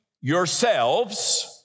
yourselves